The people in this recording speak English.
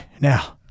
now